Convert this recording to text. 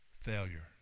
failure